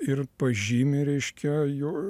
ir pažymi ryškia jo